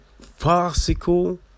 farcical